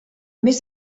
més